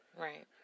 Right